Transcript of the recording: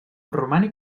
romànic